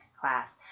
class